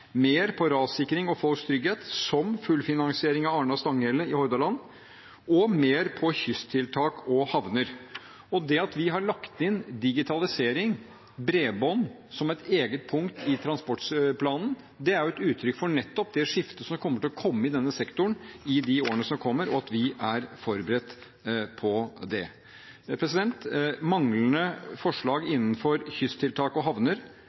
mer om rassikring og folks trygghet, som fullfinansiering av Arna–Stanghelle i Hordaland, og mer til kysttiltak og havner. At vi har lagt inn digitalisering og bredbånd som et eget punkt i transportplanen, er et uttrykk for nettopp det skiftet som kommer til å komme i denne sektoren i årene som kommer, og at vi er forberedt på det. Mangelen på forslag når det gjelder kysttiltak og havner,